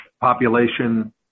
population